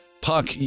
Puck